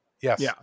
Yes